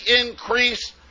increase